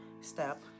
step